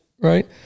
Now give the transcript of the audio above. Right